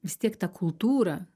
vis tiek ta kultūra